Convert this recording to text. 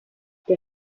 der